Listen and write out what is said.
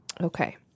okay